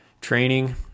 training